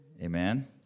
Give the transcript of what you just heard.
Amen